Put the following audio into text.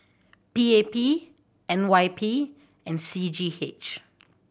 P A P N Y P and C G H